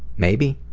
maybe?